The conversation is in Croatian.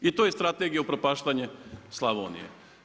I to je strategija upropaštenje Slavonije.